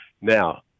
Now